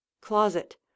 closet